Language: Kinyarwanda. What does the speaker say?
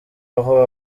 aho